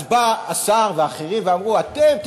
באו השר ואחרים ואמרו: אתם,